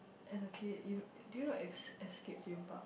as a kid you do you know es~ Escape-Theme-Park